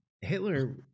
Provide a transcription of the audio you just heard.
Hitler